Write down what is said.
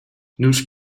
nus